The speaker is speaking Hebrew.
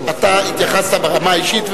אתה התייחסת ברמה האישית,